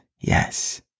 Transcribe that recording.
yes